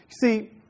see